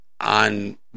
on